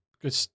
Good